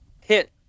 hit